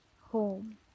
home